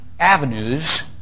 avenues